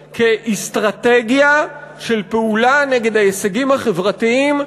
כאסטרטגיה של פעולה נגד ההישגים החברתיים,